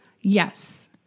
Yes